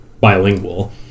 bilingual